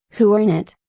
who are in it.